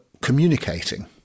communicating